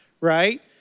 right